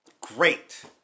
Great